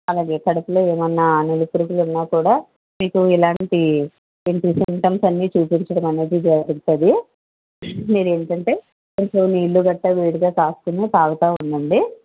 అలాగే కడుపులో ఏమైనా నులిపురుగులు ఉన్నా కూడా మీకు ఇలాంటి సింటమ్స్ అన్ని చూపించడం అనేది జరుగుతుంది మీరు ఏంటంటే కొంచెం నీళ్ళు గట్రా వేడిగా కాచుకొని తాగుతూ ఉండండి